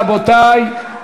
רבותי,